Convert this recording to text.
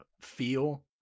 feel